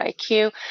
IQ